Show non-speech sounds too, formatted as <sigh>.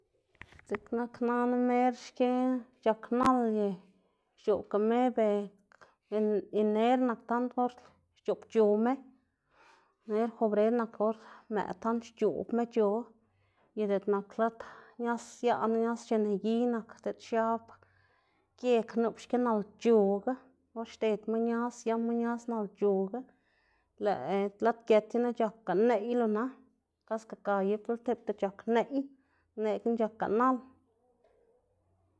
<noise> dziꞌk nak nana mer xki c̲h̲ak nal y xc̲h̲oꞌbga me ber ener nak or tand xc̲h̲oꞌbc̲h̲o me, <noise> ener, febrer nak or mëꞌ tand xc̲h̲oꞌb mec̲h̲o y diꞌt nak lad ñaz siaꞌnu ñaz xinegiy nak diꞌt xiab geg nup xki nalc̲h̲oga or xdedma ñaz siama ñaz nalc̲h̲oga, lëꞌ lad gët i na c̲h̲akga neꞌy lo na, kaska ga gibla tipta c̲h̲ak neꞌy, neꞌgna c̲h̲akga nal.